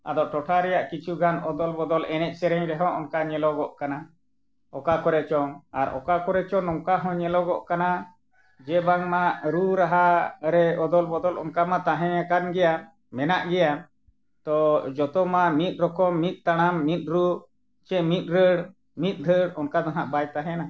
ᱟᱫᱚ ᱴᱚᱴᱷᱟ ᱨᱮᱱᱟᱜ ᱠᱤᱪᱷᱩ ᱜᱟᱱ ᱚᱫᱚᱞ ᱵᱚᱫᱚᱞ ᱮᱱᱮᱡ ᱥᱮᱨᱮᱧ ᱨᱮᱦᱚᱸ ᱚᱱᱠᱟ ᱧᱮᱞᱚᱜᱚᱜ ᱠᱟᱱᱟ ᱚᱠᱟ ᱠᱚᱨᱮ ᱪᱚᱝ ᱟᱨ ᱚᱠᱟ ᱠᱚᱨᱮ ᱪᱚᱝ ᱱᱚᱝᱠᱟ ᱦᱚᱸ ᱧᱮᱞᱚᱜᱚᱜ ᱠᱟᱱᱟ ᱡᱮ ᱵᱟᱝᱢᱟ ᱨᱩ ᱨᱟᱦᱟ ᱨᱮ ᱚᱫᱚᱞ ᱵᱚᱫᱚᱞ ᱚᱱᱠᱟ ᱢᱟ ᱛᱟᱦᱮᱸᱭᱟᱠᱟᱱ ᱜᱮᱭᱟ ᱢᱮᱱᱟᱜ ᱜᱮᱭᱟ ᱛᱚ ᱡᱷᱚᱛᱚ ᱢᱟ ᱢᱤᱫ ᱨᱚᱠᱚᱢ ᱢᱤᱫ ᱛᱟᱲᱟᱢ ᱢᱤᱫ ᱨᱩ ᱥᱮ ᱢᱤᱫ ᱨᱟᱹᱲ ᱢᱤᱫ ᱫᱷᱟᱹᱲ ᱚᱱᱠᱟ ᱫᱚ ᱱᱟᱜ ᱵᱟᱭ ᱛᱟᱦᱮᱸᱱᱟ